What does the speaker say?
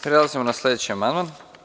Prelazimo na sledeći amandman.